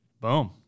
Boom